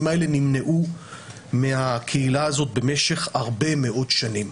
האלה נמנעו מהקהילה הזאת במשך הרבה מאוד שנים.